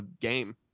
game